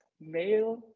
male